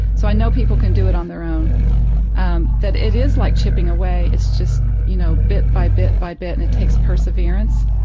so, i know people can do it on their own um it is like chipping away, it's just, you know, bit by bit by bit and it takes perseverance,